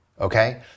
okay